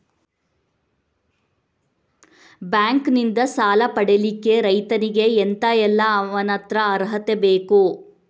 Bank ನಿಂದ ಸಾಲ ಪಡಿಲಿಕ್ಕೆ ರೈತನಿಗೆ ಎಂತ ಎಲ್ಲಾ ಅವನತ್ರ ಅರ್ಹತೆ ಬೇಕು?